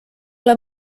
ole